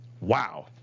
Wow